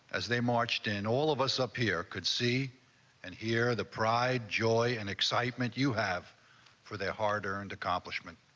as they marched in, all of us up here could see and hear the pride, joy and excitement. you have for their hard earned accomplishment.